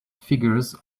figures